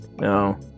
No